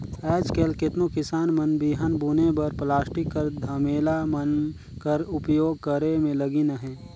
आएज काएल केतनो किसान मन बीहन बुने बर पलास्टिक कर धमेला मन कर उपियोग करे मे लगिन अहे